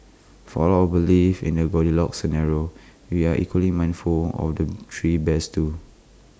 for all our belief in A goldilocks scenario we are equally mindful of the three bears too